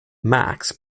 max